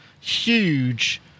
huge